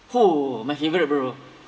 !fuh! my favourite bro